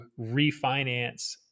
refinance